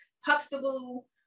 Huxtable